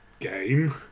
game